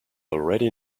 already